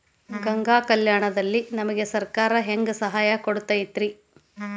ಗಂಗಾ ಕಲ್ಯಾಣ ದಲ್ಲಿ ನಮಗೆ ಸರಕಾರ ಹೆಂಗ್ ಸಹಾಯ ಕೊಡುತೈತ್ರಿ?